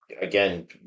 again